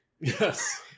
Yes